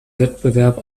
wettbewerb